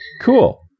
cool